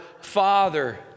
father